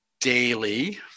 daily